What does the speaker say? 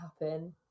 happen